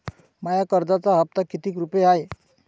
माया कर्जाचा हप्ता कितीक रुपये हाय?